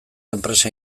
enpresa